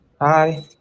Hi